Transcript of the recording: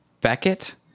beckett